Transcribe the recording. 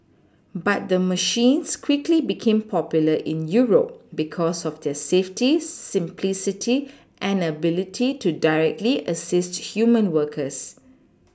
but the machines quickly became popular in Europe because of their safety simplicity and ability to directly assist human workers